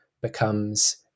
becomes